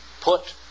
put